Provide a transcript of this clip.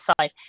side